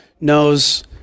knows